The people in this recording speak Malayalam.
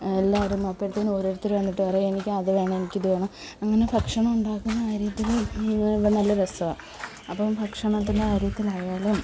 എല്ലാവരും അപ്പോഴത്തേനും ഓരോരുത്തർ വന്നിട്ട് പറയും എനിക്ക് അത് വേണം എനിക്ക് ഇത് വേണം അങ്ങനെ ഭക്ഷണം ഉണ്ടാക്കുന്ന കാര്യത്തിലും നല്ല രസമാണ് അപ്പം ഭക്ഷണത്തിൻ്റെ കാര്യത്തിലായാലും